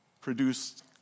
produced